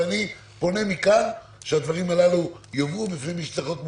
ואני פונה מכאן שהדברים הללו יובאו בפני מי שהם צריכים להיות מובאים,